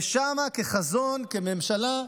וכחזון, כממשלה,